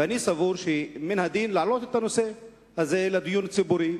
ואני סבור שמן הדין להעלות את הנושא הזה לדיון הציבורי,